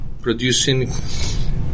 producing